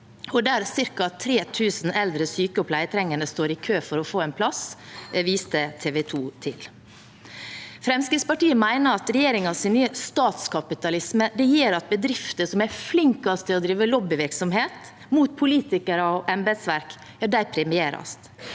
og der ca. 3 000 eldre, syke og pleietrengende står i kø for å få en plass. Det viste TV 2 til. Fremskrittspartiet mener at regjeringens nye statskapitalisme gjør at bedrifter som er flinkest til å drive lobbyvirksomhet mot politikere og embetsverk, premieres.